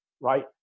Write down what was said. right